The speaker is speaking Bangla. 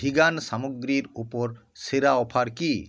ভিগান সামগ্রীর ওপর সেরা অফার কী